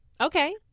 okay